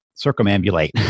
Circumambulate